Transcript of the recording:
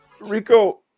Rico